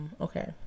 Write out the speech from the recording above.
okay